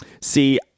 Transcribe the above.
See